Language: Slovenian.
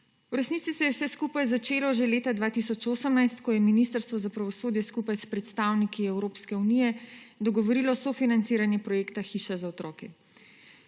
V resnici se je vse skupaj začelo že leta 2018, ko se je Ministrstvo za pravosodje skupaj s predstavniki Evropske unije dogovorilo o sofinanciranju projekta hiša za otroke.